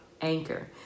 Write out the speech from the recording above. anchor